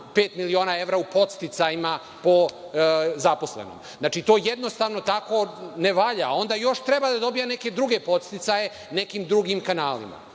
5,5 miliona evra u podsticajima po zaposlenom. Znači to jednostavno tako ne valja, onda još treba da dobije neke druge podsticaje, nekim drugim kanalima.